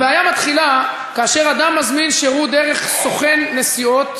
הבעיה מתחילה כאשר אדם מזמין שירות דרך סוכן נסיעות,